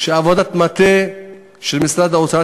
שעבודת המטה של משרד האוצר,